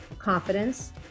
confidence